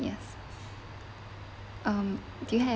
yes um do you have